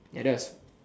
ya that was